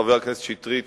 חבר הכנסת שטרית,